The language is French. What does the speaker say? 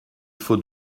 faut